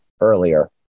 earlier